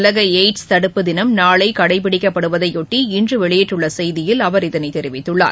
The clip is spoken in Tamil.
உலக எய்ட்ஸ் தடுப்பு ்தினம் நாளை கடைபிடிக்கப்படுவதைபொட்டி இன்று வெளியிட்டுள்ள செய்தியில் அவர் இதனை தெரிவித்துள்ளார்